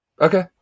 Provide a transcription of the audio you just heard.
Okay